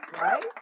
right